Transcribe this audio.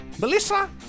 Melissa